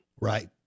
Right